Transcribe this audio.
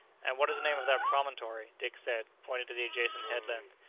and what is the name of that promontory? dick said, pointing to the adjacent headland.